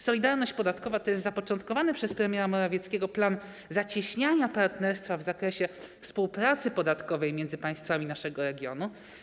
Solidarność podatkowa to jest zapoczątkowany przez premiera Morawieckiego plan zacieśniania partnerstwa w zakresie współpracy podatkowej między państwami naszego regionu.